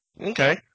Okay